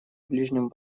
ближнем